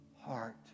heart